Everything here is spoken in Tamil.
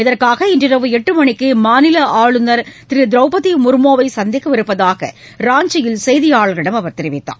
இதற்காக இன்றிரவு எட்டு மணிக்கு மாநில ஆளுநர் திரு திரவுபதி முர்மோவை சந்திக்க இருப்பதாக ராஞ்சியில் செய்தியாளர்களிடம் அவர் தெரிவித்தார்